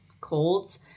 colds